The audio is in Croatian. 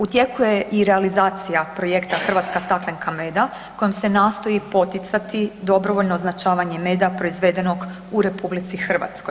U tijeku je i realizacija projekta „Hrvatska staklenka meda“ kojom se nastoji poticati dobrovoljno označavanje meda proizvedenog u RH.